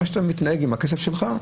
כמו שאתה מתנהג עם הכסף שלך,